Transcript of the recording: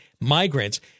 migrants